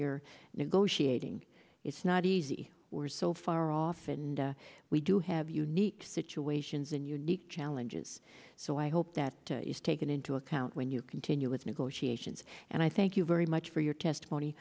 you're negotiating it's not easy we're so far off and we do have unique situations and unique challenges so i hope that is taken into account when you continue with negotiations and i thank you very much for your testimony